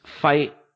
fight